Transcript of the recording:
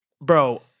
bro